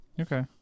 Okay